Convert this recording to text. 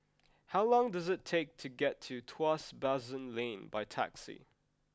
how long does it take to get to Tuas Basin Lane by taxi